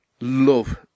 love